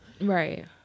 Right